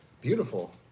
beautiful